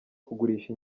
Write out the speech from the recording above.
kugurisha